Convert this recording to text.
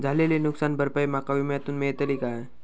झालेली नुकसान भरपाई माका विम्यातून मेळतली काय?